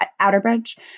Outerbridge